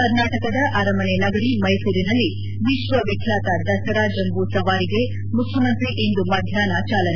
ಕರ್ನಾಟಕದ ಅರಮನೆ ನಗರಿ ಮ್ನೆಸೂರಿನಲ್ಲಿ ವಿಶ್ವವಿಖ್ಯಾತ ದಸರಾ ಜಂಬೂ ಸವಾರಿಗೆ ಮುಖ್ನಮಂತ್ರಿ ಇಂದು ಮಧ್ನಾಪ್ಯ ಚಾಲನೆ